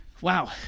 Wow